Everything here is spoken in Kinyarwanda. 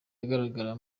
agaragara